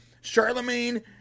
Charlemagne